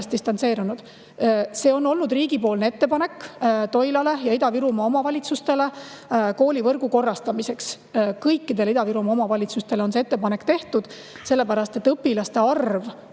distantseerunud. See on olnud riigi ettepanek Toilale ja teistele Ida-Virumaa omavalitsustele koolivõrgu korrastamiseks. Kõikidele Ida-Virumaa omavalitsustele on see ettepanek tehtud, sellepärast et õpilaste arv